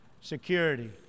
security